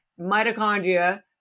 mitochondria